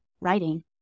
writing